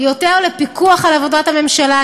יותר בפיקוח על עבודת הממשלה.